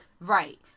right